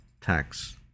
tax